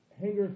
hangers